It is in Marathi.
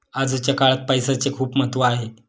आजच्या काळात पैसाचे खूप महत्त्व आहे